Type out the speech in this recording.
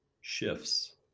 shifts